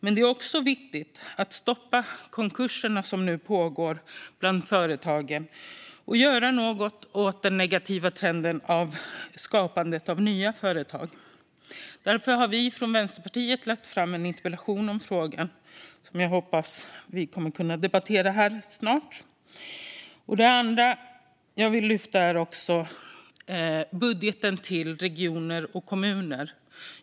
Men det är också viktigt att stoppa de konkurser som nu pågår bland företagen och göra något åt den negativa trenden när det gäller skapandet av nya företag. Därför har vi från Vänsterpartiet lagt fram en interpellation om frågan som jag hoppas att vi kommer att kunna debattera här snart. Det andra jag vill lyfta handlar om budgeten till regioner och kommuner.